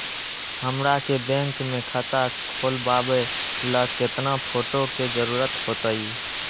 हमरा के बैंक में खाता खोलबाबे ला केतना फोटो के जरूरत होतई?